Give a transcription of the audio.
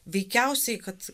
veikiausiai kad